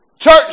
Church